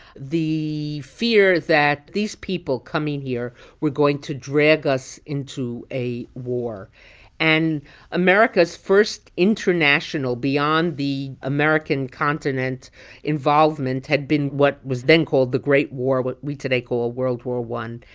the fear that these people coming here were going to drag us into a war and america's first international beyond the american continent involvement had been what was then called the great war, what we today call world war i.